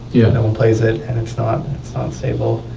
yeah. no one plays it, and it's not it's not stable.